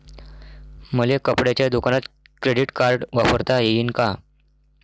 मले कपड्याच्या दुकानात क्रेडिट कार्ड वापरता येईन का?